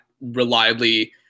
reliably